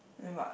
then but